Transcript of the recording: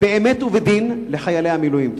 באמת ובדין לחיילי המילואים.